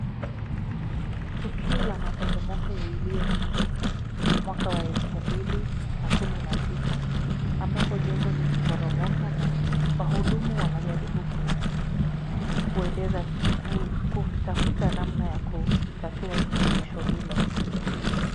Tukio la maporomoko iliyofanyika mwaka wa elfu mbili na kumi na tisa, ambapo jengo limeporomoka na wahudumu wanajaribu kueleza kutafuta namna ya kutatua suluhisho hilo.